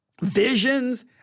visions